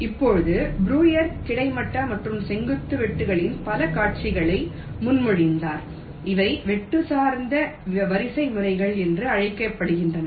இப்போது ப்ரூயர் கிடைமட்ட மற்றும் செங்குத்து வெட்டுக்களின் பல காட்சிகளை முன்மொழிந்தார் இவை வெட்டு சார்ந்த வரிசைமுறைகள் என்று அழைக்கப்படுகின்றன